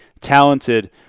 talented